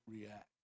react